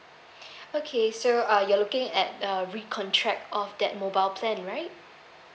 okay so uh you are looking at uh recontract of that mobile plan right